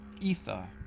Ether